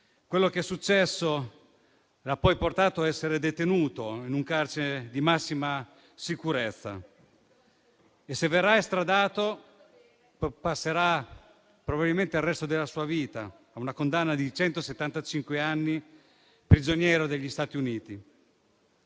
Quello che è successo lo ha poi portato ad essere detenuto in un carcere di massima sicurezza e, se verrà estradato, passerà probabilmente il resto della sua vita, avendo una condanna di centosettantacinque anni, prigioniero degli Stati Uniti.